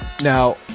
Now